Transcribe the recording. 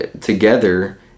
Together